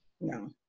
No